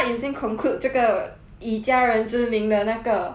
以家人之名的那个 story liao sia